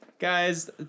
guys